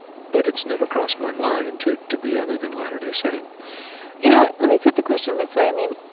but it's never crossed my mind to to be other than latter-day saint you know what? let me put the question this way. i mean,